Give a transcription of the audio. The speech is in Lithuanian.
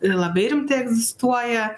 labai rimtai egzistuoja